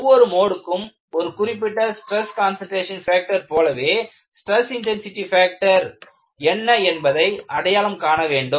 ஒவ்வொரு மோடுக்கும் ஒரு குறிப்பிட்ட ஸ்ட்ரெஸ் கன்சன்ட்ரேஷன் ஃபேக்டர் போலவே ஸ்ட்ரெஸ் இன்டென்சிட்டி ஃபேக்டர் என்ன என்பதை அடையாளம் காண வேண்டும்